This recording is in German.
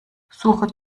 suche